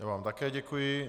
Já vám také děkuji.